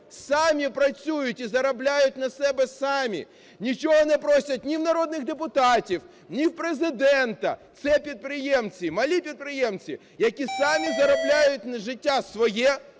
самі працюють і заробляють на себе самі, нічого не просять ні в народних депутатів, ні в Президента. Це підприємці, малі підприємці, які самі заробляють на життя своє